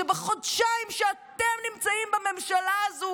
שבחודשיים שאתם נמצאים בממשלה הזו